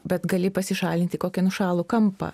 bet gali pasišalint į kokį nuošalų kampą